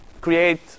create